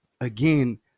again